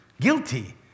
guilty